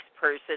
person